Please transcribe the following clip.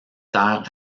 terres